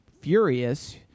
Furious